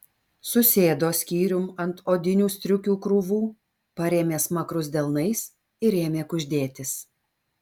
susėdo skyrium ant odinių striukių krūvų parėmė smakrus delnais ir ėmė kuždėtis